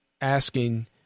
asking